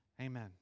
amen